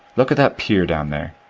look at that pier down there.